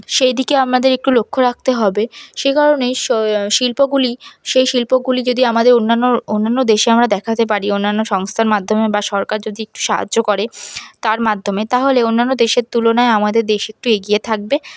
সেইদিকে আমাদের একটু লক্ষ্য রাখতে হবে সেই কারণেই স শিল্পগুলি সেই শিল্পগুলি যদি আমাদের অন্যান্য অন্যান্য দেশে আমরা দেখাতে পারি অন্যান্য সংস্থার মাধ্যমে বা সরকার যদি একটু সাহায্য করে তার মাধ্যমে তাহলে অন্যান্য দেশের তুলনায় আমাদের দেশ একটু এগিয়ে থাকবে